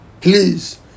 Please